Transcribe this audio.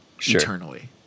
eternally